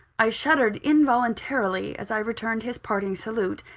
i shuddered involuntarily as i returned his parting salute,